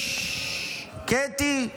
קטי.